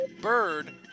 Bird